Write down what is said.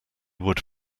would